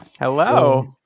Hello